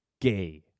gay